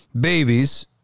babies